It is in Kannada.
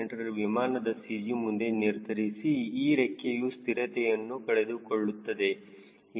c ವಿಮಾನದ CG ಮುಂದೆ ನಿರ್ಧರಿಸಿ ಈ ರೆಕ್ಕೆಯು ಸ್ಥಿರತೆಯನ್ನು ಕಳೆದುಕೊಳ್ಳುತ್ತದೆ